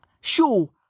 sure